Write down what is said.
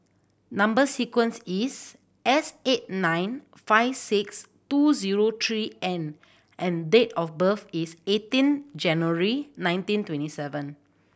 number sequence is S eight nine five six two zero three N and date of birth is eighteen January nineteen twenty seven